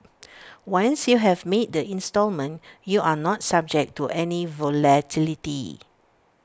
once you have made the instalment you are not subject to any volatility